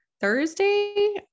Thursday